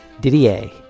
didier